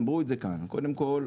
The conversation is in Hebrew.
קודם כל,